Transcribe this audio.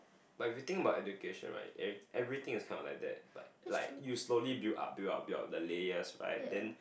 but if you think about education right eve~ everything is kind of like that but like you slowly build up build up build up the layers right then